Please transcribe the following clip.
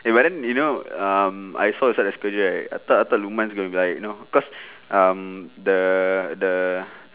eh but then you know um I saw inside the schedule right I thought I thought lukman gonna be like you know cause um the the